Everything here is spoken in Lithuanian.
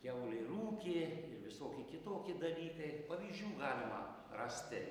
kiaulė rūkė ir visoki kitoki dalykai pavyzdžių galima rasti